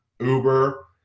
Uber